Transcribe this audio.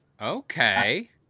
okay